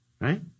Right